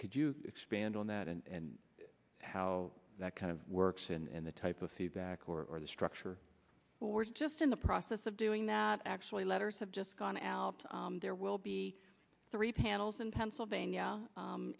could you expand on that and how that kind of works and the type of feedback or the structure or just in the process of doing that actually letters have just gone out there will be three panels in pennsylvania